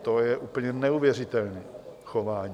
To je úplně neuvěřitelné chování.